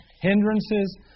Hindrances